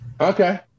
Okay